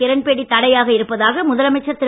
கிரண்பேடி தடையாக இருப்பதாக முதலமைச்சர் திரு